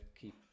keep